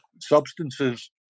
substances